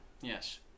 Yes